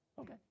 okay